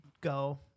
go